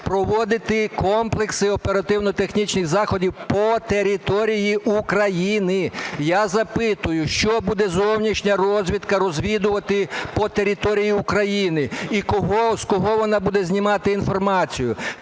проводити комплекси оперативно-технічних заходів по території України. Я запитую: що буде зовнішня розвідка розвідувати по території України і з кого вона буде знімати інформацію?